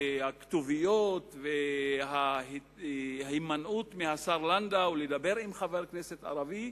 הכתוביות וההימנעות של השר לנדאו לדבר עם חבר כנסת ערבי,